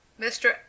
mr